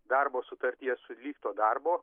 darbo sutartyje sulygto darbo